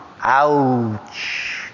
Ouch